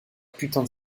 putain